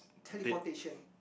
teleportation